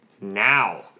now